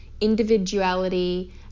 individuality